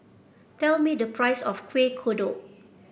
tell me the price of Kueh Kodok